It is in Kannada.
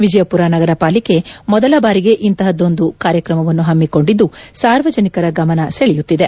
ವಿಜಯಪುರ ಸಗರ ಪಾಲಿಕೆ ಮೊದಲ ಬಾರಿಗೆ ಇಂತಹದ್ದೊಂದು ಕಾರ್ಯಕ್ರಮವನ್ನು ಹಮ್ಮಿಕೊಂಡಿದ್ದು ಸಾರ್ವಜನಿಕರ ಗಮನ ಸೆಳೆಯುತ್ತಿದೆ